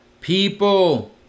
people